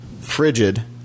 frigid